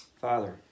Father